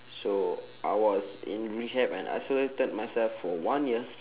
so I was in rehab and isolated myself for one years